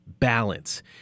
balance